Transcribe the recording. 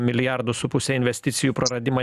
milijardų su puse investicijų praradimą